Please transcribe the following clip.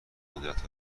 قدرت